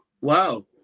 Wow